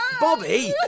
Bobby